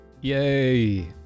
Yay